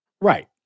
Right